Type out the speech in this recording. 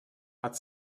hat